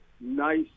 nice